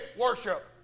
worship